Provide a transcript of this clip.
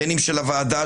בין אם של הוועדה,